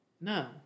No